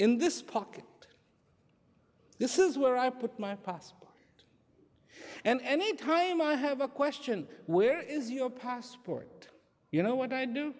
pocket this is where i put my passport and any time i have a question where is your passport you know what i do